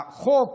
החוק